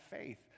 faith